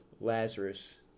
Lazarus